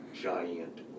giant